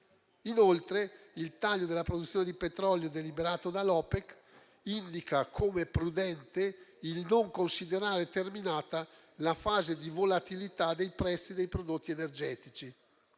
Inoltre, il taglio della produzione di petrolio deliberato dall'OPEC indica come prudente il non considerare terminata la fase di volatilità dei prezzi dei prodotti energetici.